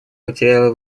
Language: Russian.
материала